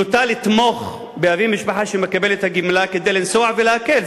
נוטים לתמוך באבי המשפחה שמקבל את הגמלה כדי לנסוע ולהקל,